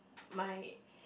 my